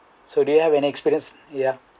so do you have any experience yeah